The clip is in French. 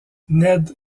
ned